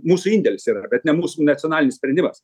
mūsų indėlis yra bet ne mūsų nacionalinis sprendimas